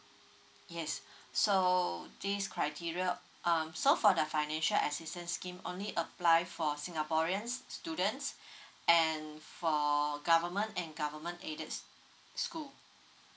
yes so this criteria um so for the financial assistance scheme only apply for singaporeans students and for government and government aided school